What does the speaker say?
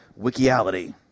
wikiality